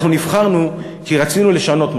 אנחנו נבחרנו כי רצינו לשנות משהו,